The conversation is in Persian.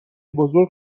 بزرگ